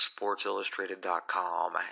sportsillustrated.com